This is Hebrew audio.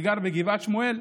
וגר בגבעת שמואל,